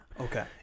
Okay